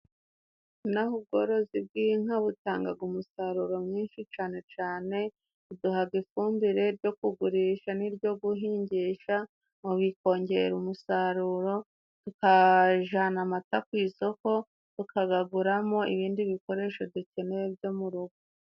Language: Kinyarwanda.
Naho ubworozi bw'inka butangaga umusaruro mwinshi. Cane cane uduhahaga ifumbire ryo kugurisha n'iryo guhingisha, ngo bikongera umusaruro tukajana amata ku isoko, tukagaguramo ibindi bikoresho dukeneye byo mu rugo.